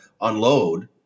unload